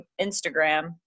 Instagram